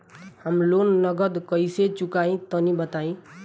हम लोन नगद कइसे चूकाई तनि बताईं?